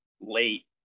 late